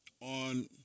On